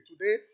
today